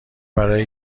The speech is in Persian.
برای